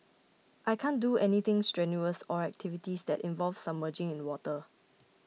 I can't do anything strenuous or activities that involve submerging in water